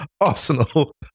Arsenal